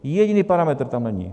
Jediný parametr tam není.